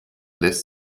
lässt